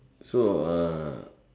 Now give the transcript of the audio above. so uh